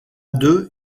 deux